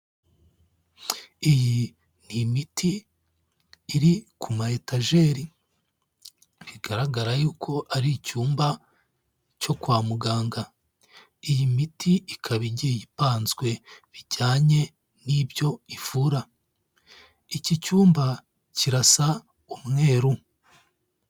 Iyi ni imiti iri ku ma etajeri, bigaragara yuko ari icyumba cyo kwa muganga, iyi miti ikaba igiye ipanzwe bijyanye n'ibyo ivura, iki cyumba kirasa umweru.